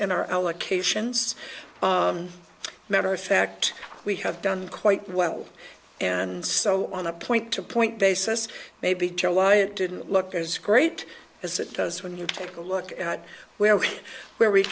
in our allocations matter of fact we have done quite well and so on a point to point basis maybe july it didn't look as great as it does when you take a look at where we are where we